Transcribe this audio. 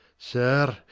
sir,